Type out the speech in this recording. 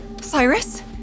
Cyrus